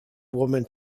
woman